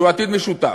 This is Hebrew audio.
שזה עתיד משותף.